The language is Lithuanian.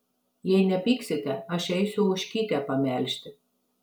jei nepyksite aš eisiu ožkytę pamelžti